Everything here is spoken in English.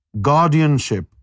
guardianship